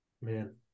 Man